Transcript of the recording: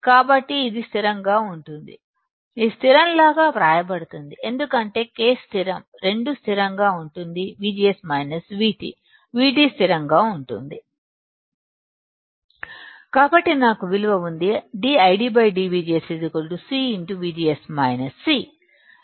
కాబట్టి ఇది స్థిరంగా ఉంటుంది ఇది స్థిరం లాగా వ్రాయబడుతుంది ఎందుకంటే K స్థిరం 2 స్థిరంగా ఉంటుంది VGS VT VT స్థిరంగా కాబట్టి నాకు విలువ ఉంది dID dVGS C VGS - C